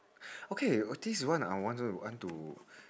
okay this one I want to I want to